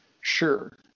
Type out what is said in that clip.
sure